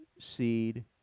seed